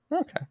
Okay